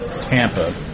tampa